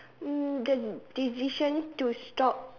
mm the decision to stop